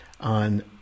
on